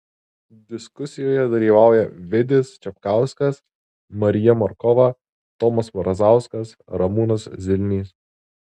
diskusijoje dalyvauja vidis čepkauskas marija markova tomas mrazauskas ramūnas zilnys